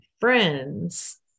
friends